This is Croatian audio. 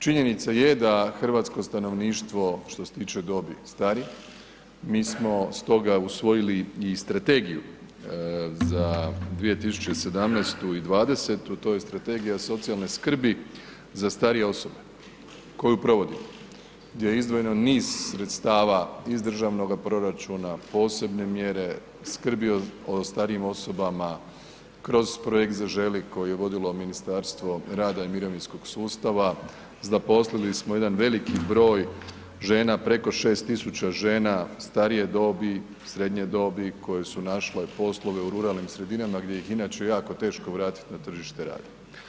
Činjenica je da hrvatsko stanovništvo što se tiče dobi stari, mi smo stoga usvojili i Strategiju za 2017.-2020., to je Strategija socijalne skrbi za starije osobe koju provodimo, gdje je izdvojeno niz sredstava iz državnoga proračuna, posebne mjere skrbi o starijim osobama, kroz projekt „Zaželi“ koje je vodilo Ministarstvo rada i mirovinskog sustava, zaposlili smo jedan veliki broj žena preko 6.000 žena starije dobi, srednje dobi koje su naše poslove u ruralnim sredinama gdje ih inače jako teško vratiti na tržište rada.